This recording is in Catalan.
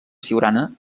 siurana